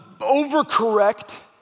overcorrect